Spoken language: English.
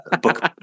book